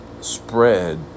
spread